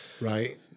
Right